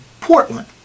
Portland